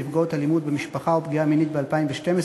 נפגעות אלימות במשפחה או פגיעה מינית ב-2012,